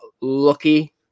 lucky